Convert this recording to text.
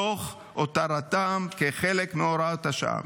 תוך הותרתם כחלק מהוראת השעה.